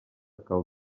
cal